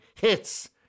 hits